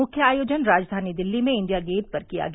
मुख्य आयोजन राजधानी दिल्ली में इंडिया गेट पर किया गया